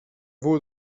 vaut